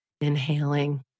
inhaling